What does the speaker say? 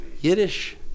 Yiddish